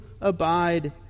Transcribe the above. abide